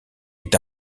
est